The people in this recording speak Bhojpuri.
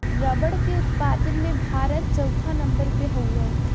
रबड़ के उत्पादन में भारत चउथा नंबर पे हउवे